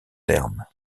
terme